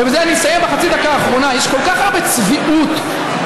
ובזה אני אסיים בחצי הדקה האחרונה: יש כל כך הרבה צביעות בניסיון